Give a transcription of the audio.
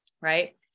Right